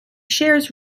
shares